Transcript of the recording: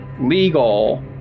legal